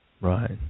Right